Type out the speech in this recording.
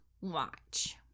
Watch